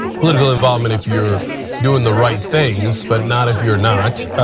political involvement if you are doing the right things, but not if you are not.